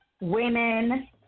women